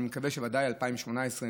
אני מקווה שבוודאי ל-2018,